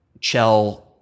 Chell